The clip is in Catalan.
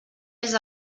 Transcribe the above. més